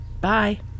Bye